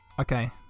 Okay